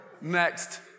Next